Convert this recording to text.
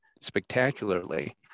spectacularly